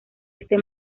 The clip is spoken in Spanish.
este